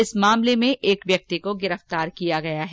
इस मामले में एक व्यक्ति को गिरफ़तार किया गया है